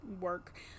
work